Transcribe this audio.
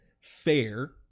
fair